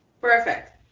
Perfect